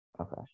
Okay